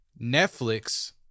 Netflix